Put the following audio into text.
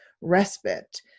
respite